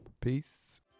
Peace